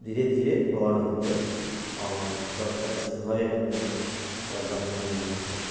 धीरे धीरे भऽ रहल अछि आओर सबटा चीज भऽए रहल अछि सब बढ़िआँ बढ़िआसँ